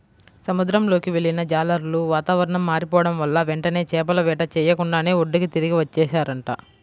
సముద్రంలోకి వెళ్ళిన జాలర్లు వాతావరణం మారిపోడం వల్ల వెంటనే చేపల వేట చెయ్యకుండానే ఒడ్డుకి తిరిగి వచ్చేశారంట